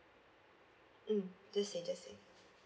mm just say just say